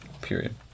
period